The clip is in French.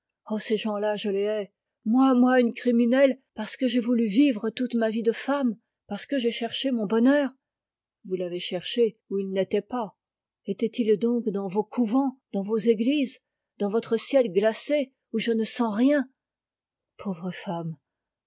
oh ces gens-là je les hais moi moi une criminelle parce que j'ai voulu vivre toute ma vie de femme parce que j'ai cherché mon bonheur vous l'avez cherché où il n'était pas est-il donc dans vos couvents dans vos églises dans votre ciel glacé où je ne sens rien pauvre femme